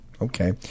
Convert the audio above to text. Okay